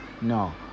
No